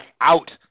out